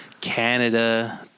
Canada